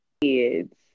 kids